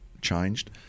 Changed